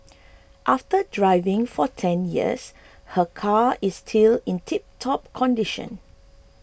after driving for ten years her car is still in tiptop condition